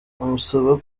amusaba